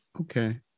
Okay